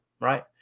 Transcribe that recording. right